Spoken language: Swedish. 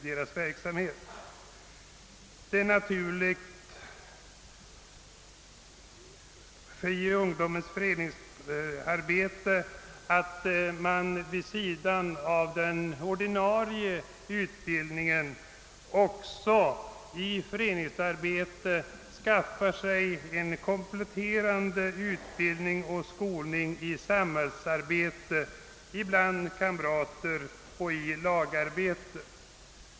Det är naturligt att man vid sidan av den ordinarie utbildningen också i föreningsform skaffar sig en kompletterande utbildning och skolning i samhällsarbete och i lagarbete bland kamrater.